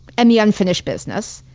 and the unfinished business.